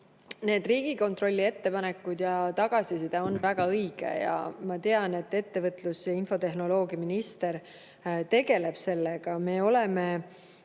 need Riigikontrolli ettepanekud ja tagasiside on väga õiged. Ma tean, et ettevõtlus‑ ja infotehnoloogiaminister tegeleb sellega. MKM on